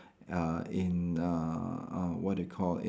uh in uh uh what do you call